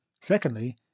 Secondly